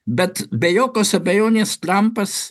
bet be jokios abejonės trampas